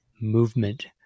movement